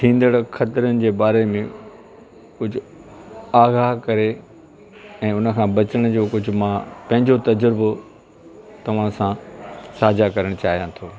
थींदड़ु ख़तरुनि जे बारे में कुझु आगाहु करे ऐं उन खां बचण जो कुझु मां पंहिंजो तज़ुरबो तव्हां सां साझा करण चाहियां थो